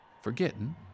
forgetting